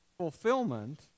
fulfillment